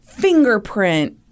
fingerprint